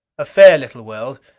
a fair, little world,